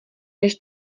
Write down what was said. než